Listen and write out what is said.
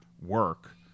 work